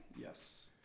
Yes